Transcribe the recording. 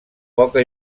poca